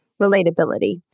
relatability